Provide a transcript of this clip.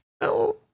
no